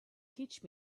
teach